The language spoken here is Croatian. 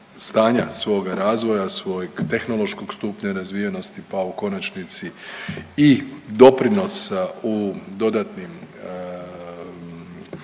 svoga razvoja, svojeg tehnološkog stupnja razvijenosti, pa u konačnici i doprinosa u dodatnoj emisiji